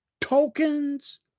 tokens